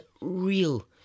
real